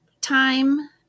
time